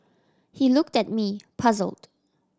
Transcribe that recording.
he looked at me puzzled